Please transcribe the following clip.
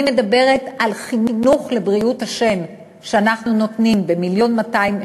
מדברת על חינוך לבריאות השן שאנחנו נותנים ב-1.2 מיליון,